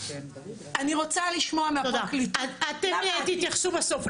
אני רוצה לשמוע מהפרקליטות --- אתם תתייחסו בסוף,